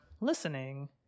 listening